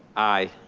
aye.